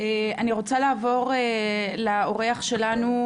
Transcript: אני רוצה לעבור לאורח שלנו,